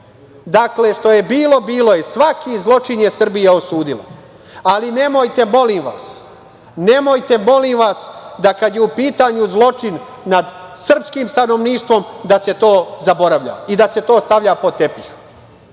što je bilo, bilo je. Svaki zločin je Srbija osudila. Ali, nemojte molim vas, nemojte, molim vas, da kada je u pitanju zločin nad srpskim stanovništvom, da se to zaboravlja i da se to stavlja pod